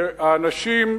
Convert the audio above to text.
שהאנשים,